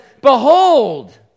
Behold